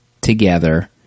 together